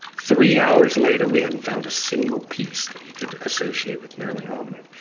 three hours later we hadn't found a single piece that you could associate with an early hominid,